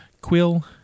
Quill